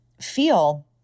feel